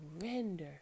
surrender